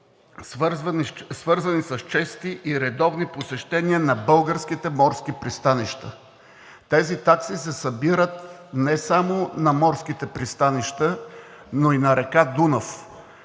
свързани с чести и редовни посещения на българските морски пристанища. Тези такси се събират не само на морските пристанища, но и на река Дунав.